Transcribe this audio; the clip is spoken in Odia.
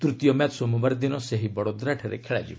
ତୃତୀୟ ମ୍ୟାଚ୍ ସୋମବାର ଦିନ ସେହି ବଡଦୋରାଠାରେ ଖେଳାଯିବ